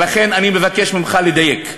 ולכן, אני מבקש ממך לדייק.